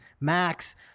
Max